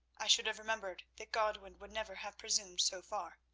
i should have remembered that godwin would never have presumed so far.